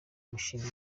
mishinga